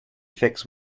fixed